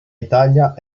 italia